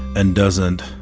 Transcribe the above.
and doesn't